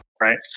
Right